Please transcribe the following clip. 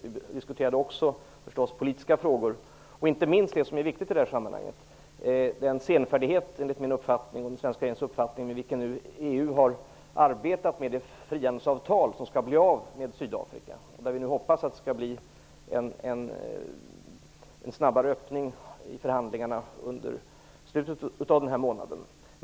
Vi diskuterade självfallet också politiska frågor, och inte minst det som är viktigt i detta sammanhang, nämligen den senfärdighet - enligt min och den svenska regeringens uppfattning - med vilken EU har arbetat med det frihandelsavtal som skall träffas med Sydafrika. Vi hoppas nu att det skall bli en snabbare öppning i förhandlingarna i slutet av månaden.